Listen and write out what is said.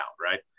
Right